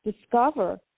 discover